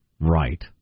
Right